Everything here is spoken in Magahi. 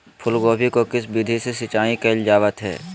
फूलगोभी को किस विधि से सिंचाई कईल जावत हैं?